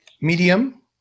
Medium